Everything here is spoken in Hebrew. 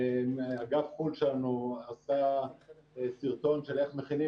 אגף חו"ל שלנו עשה סרטון של איך מכינים